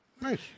Nice